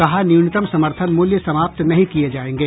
कहा न्यूनतम समर्थन मूल्य समाप्त नहीं किये जायेंगे